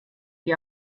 ihr